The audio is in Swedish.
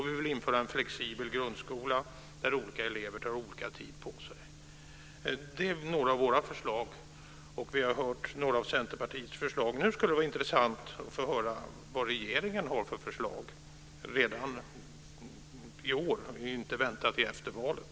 Vi vill införa en flexibel grundskola där olika elever tar olika lång tid på sig. Det är några av våra förslag, och vi har hört några av Centerpartiets förslag. Nu skulle det vara intressant att få höra vad regeringen har för förslag redan i år och inte behöva vänta till efter valet.